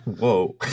Whoa